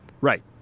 right